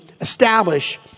establish